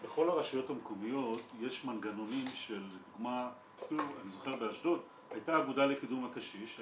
אני זוכר שבאשדוד הייתה אגודה לקידום הקשיש.